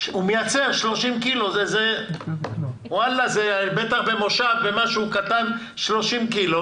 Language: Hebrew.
שמייצר 30 קילו, זה בטח משהו קטן במושב,